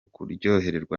kuryoherwa